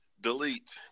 delete